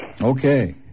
Okay